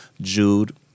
Jude